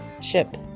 ship